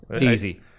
Easy